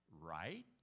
Right